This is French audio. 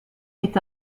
est